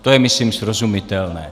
To je myslím srozumitelné.